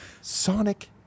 Sonic